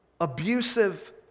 Abusive